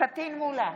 פטין מולא,